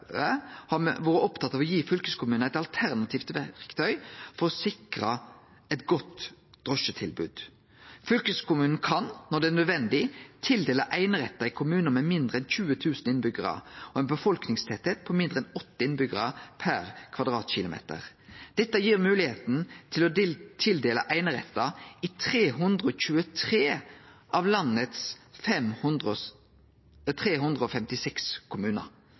har me vore opptatt av å gi fylkeskommunen eit alternativt verktøy for å sikre eit godt drosjetilbod. Fylkeskommunen kan, når det er nødvendig, tildele einerettar i kommunar med mindre enn 20 000 innbyggjarar og ein befolkningstettleik på mindre enn 8 innbyggjarar per km 3 . Dette gjer det mogleg å tildele einerettar i 323 av landets